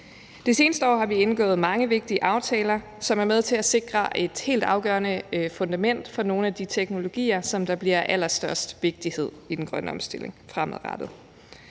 Det seneste år har vi indgået mange vigtige aftaler, som er med til at sikre et helt afgørende fundament for nogle af de teknologier, som bliver af den allerstørste vigtighed for den grønne omstilling fremadrettet.